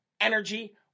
energy